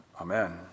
Amen